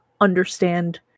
understand